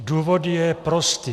Důvod je prostý.